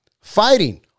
Fighting